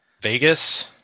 Vegas